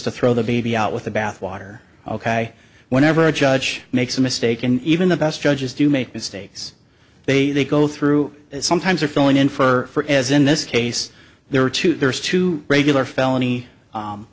to throw the baby out with the bathwater ok whenever a judge makes a mistake and even the best judges do make mistakes they they go through that sometimes are filling in for as in this case there are two there's two regular felony